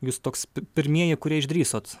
jūs toks pi pirmieji kurie išdrįsot